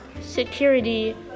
security